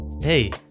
hey